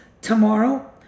tomorrow